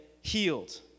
healed